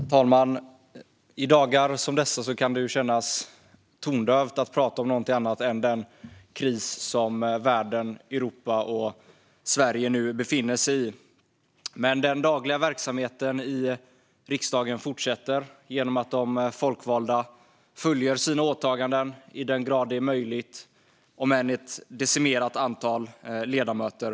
Herr talman! I dagar som dessa kan det kännas tondövt att tala om något annat än den kris som världen, Europa och Sverige nu befinner sig i. Men den dagliga verksamheten i riksdagen fortsätter genom att de folkvalda fullgör sina åtaganden i den grad det är möjligt, om än med ett decimerat antal ledamöter.